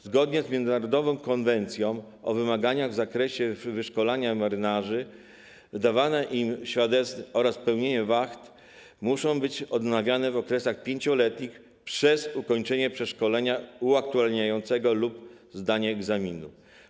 Zgodnie z Międzynarodową konwencją o wymaganiach w zakresie wyszkolenia marynarzy, wydawania im świadectw oraz pełnienia wacht muszą one być odnawiane w okresach 5-letnich przez ukończenie przeszkolenia uaktualniającego lub zdanie egzaminu.